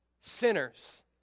Sinners